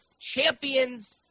champions